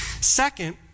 Second